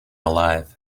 alive